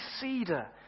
cedar